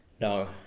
No